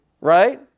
Right